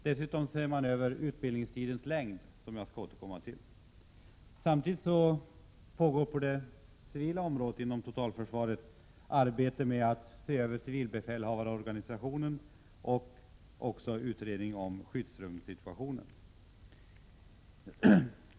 Dessutom ser man över frågan om utbildningstidens längd — en fråga som jag återkommer till. På det civila området inom totalförsvaret pågår samtidigt arbetet med att se över civilbefälhavarorganisationen och utredningen om skyddsrumssituationen.